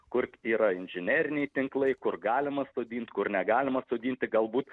kur yra inžineriniai tinklai kur galima sodint kur negalima sodinti galbūt